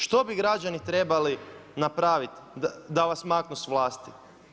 Što bi građani trebali napraviti da vas maknu s vlasti?